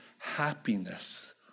happiness